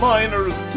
Miner's